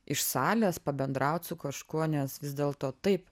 iš salės pabendraut su kažkuo nes vis dėlto taip